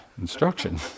instruction